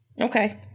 okay